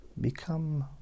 become